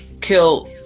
kill